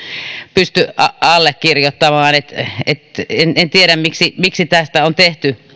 pysty allekirjoittamaan en tiedä miksi miksi tästä on tehty